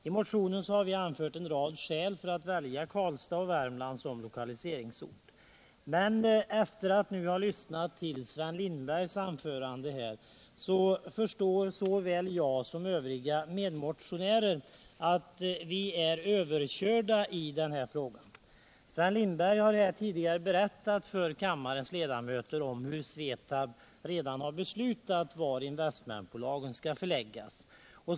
I motionen har vi anfört en rad skäl för att välja Karlstad och Värmland som lokaliseringsort. Men efter att ha lyssnat till Sven Lindbergs anförande förstår såväl jag som mina medmotionärer att vi är överkörda i den här frågan. Sven Lindberg har berättat för kammarens ledamöter att SVETAB redan beslutat var investmentbolagen skall förläggas.